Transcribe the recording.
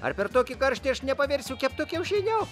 ar per tokį karštį aš nepavirsiu keptu kiaušiniu